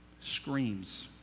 Screams